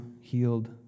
healed